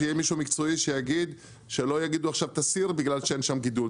שיהיה מישהו מקצועי; שלא יגידו: "תסיר בגלל שאין שם גידול".